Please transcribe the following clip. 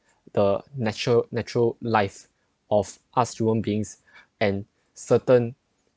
the natural natural life of us human beings and certain